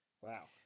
Wow